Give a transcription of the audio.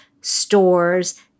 stores